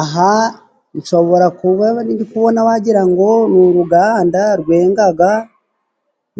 Aha nshobora kubona wagirango ngo ni uruganda rwenga